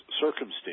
circumstance